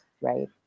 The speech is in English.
right